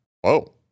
whoa